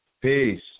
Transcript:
Peace